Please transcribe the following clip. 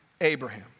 Abraham